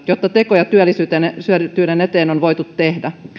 jotta tekoja työllisyyden eteen on voitu tehdä